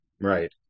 Right